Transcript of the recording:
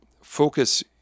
focus